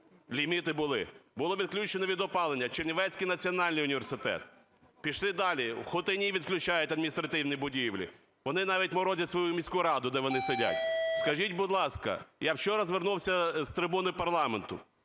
ліміти були. Було відключено від опалення Чернівецький національний університет. Пішли далі – у Хотині відключають адміністративні будівлі. Вони навіть морозять свою міську раду, де вони сидять. Скажіть, будь ласка, я вчора звернувся з трибуни парламенту